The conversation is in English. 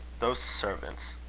those servants!